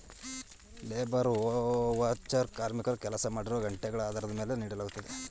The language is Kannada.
ಲೇಬರ್ ಓವಚರ್ ಕಾರ್ಮಿಕರು ಕೆಲಸ ಮಾಡಿರುವ ಗಂಟೆಗಳ ಆಧಾರದ ಮೇಲೆ ನೀಡಲಾಗುತ್ತದೆ